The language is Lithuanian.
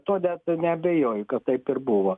tuo net neabejoju kad taip ir buvo